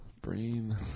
Brain